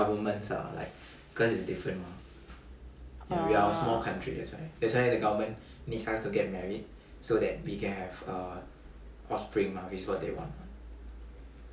ah